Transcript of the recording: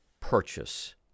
purchase